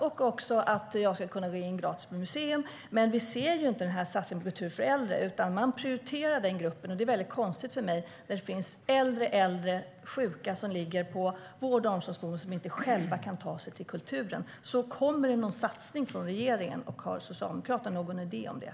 Jag ska också kunna gå in gratis på museum. Vi ser dock inte den här satsningen på kultur för äldre, utan man prioriterar den gruppen. Det är väldigt konstigt för mig när det finns äldre och sjuka som ligger på vård och omsorgsboenden och inte själva kan ta sig till kulturen. Kommer det alltså någon satsning från regeringen? Har socialdemokraten någon idé om det?